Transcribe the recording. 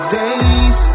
days